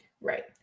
Right